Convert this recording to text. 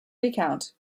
recount